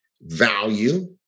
value